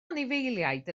anifeiliaid